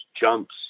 jumps